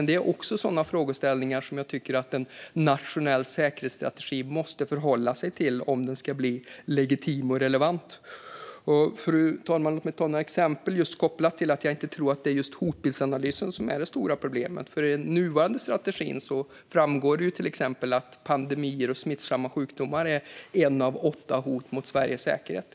Det är också sådana frågeställningar som jag tycker att en nationell säkerhetsstrategi måste förhålla sig till om den ska bli legitim och relevant. Fru talman! Låt mig ta några exempel kopplat till att jag inte tror att det är just hotbildsanalysen som är det stora problemet. I den nuvarande strategin framgår det till exempel att pandemier och smittsamma sjukdomar är ett av åtta hot mot Sveriges säkerhet.